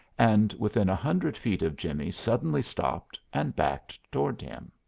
and within a hundred feet of jimmie suddenly stopped and backed toward him.